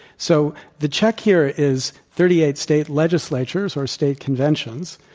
so, the check here is thirty eight state legislatures or state conventions.